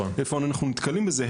איפה אנחנו נתקלים בזה?